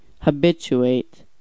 habituate